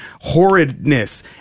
horridness